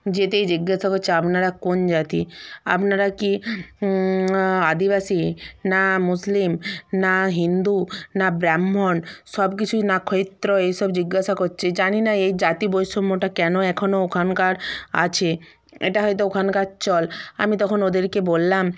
যেতেই জিজ্ঞাসা কচ্ছে আপনারা কোন জাতি আপনারা কি আদিবাসী না মুসলিম না হিন্দু না ব্রাহ্মণ সব কিছুই না ক্ষৈত্র এই সব জিজ্ঞাসা করছে জানি না এই জাতি বৈষম্যটা কেন এখনও ওখানকার আছে এটা হয়তো ওখানকার চল আমি তখন ওদেরকে বললাম